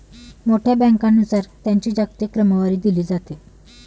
मोठ्या बँकांनुसार त्यांची जागतिक क्रमवारी दिली जाते